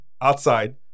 outside